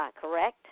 correct